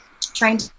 trying